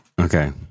Okay